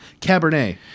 Cabernet